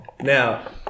now